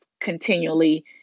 continually